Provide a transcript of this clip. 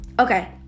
okay